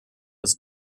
was